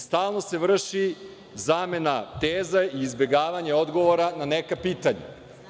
Stalno se vrši zamena teza i izbegavanje odgovora na neka pitanja.